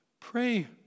Pray